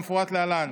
כמפורט להלן: